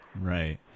Right